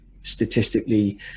statistically